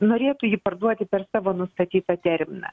norėtų jį parduoti per savo nustatytą terminą